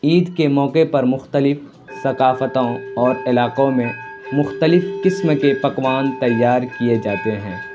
عید کے موقعے پر مختلف ثقافتوں اور علاقوں میں مختلف قسم کے پکوان تیار کیے جاتے ہیں